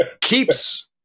keeps